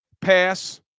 pass